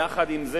יחד עם זה,